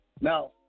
Now